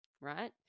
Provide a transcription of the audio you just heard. right